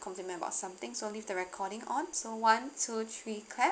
compliment about something so leave the recording on so one two three clap